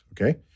Okay